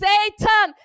Satan